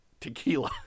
tequila